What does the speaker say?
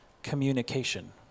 communication